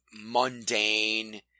mundane